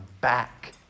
back